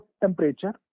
temperature